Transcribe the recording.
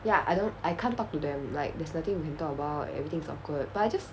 ya I don't I can't talk to them like there's nothing we can talk about everything's awkward but I just